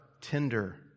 tender